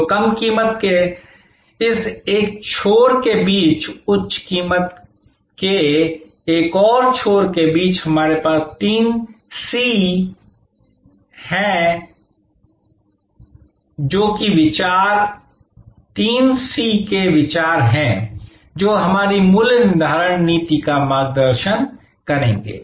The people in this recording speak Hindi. तो कम कीमत के इस एक छोर के बीच उच्च कीमत के एक और छोर के बीच हमारे पास तीन CS के विचार हैं जो हमारी मूल्य निर्धारण नीति का मार्गदर्शन करेंगे